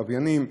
לוויינים,